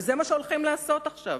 וזה מה שהולכים לעשות עכשיו,